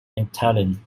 italian